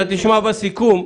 אתה תשמע בסיכום.